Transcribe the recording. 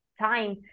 time